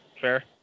Fair